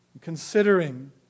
considering